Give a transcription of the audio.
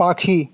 পাখি